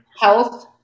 health